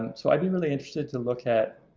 and so i'd be really interested to look at,